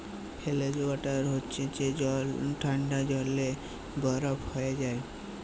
frozen water হছে যে জল ঠাল্ডায় জইমে বরফ হঁয়ে যায়